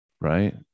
right